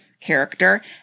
character